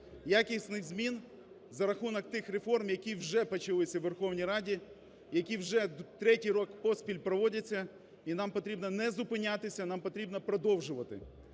якісних змін за рахунок тих реформ, які вже почалися у Верховній Раді, які вже третій рік поспіль проводяться і нам потрібно не зупинятися, нам потрібно продовжувати.